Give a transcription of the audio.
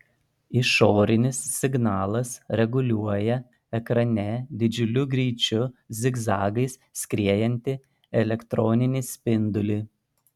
išorinis signalas reguliuoja ekrane didžiuliu greičiu zigzagais skriejantį elektroninį spindulį